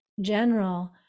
general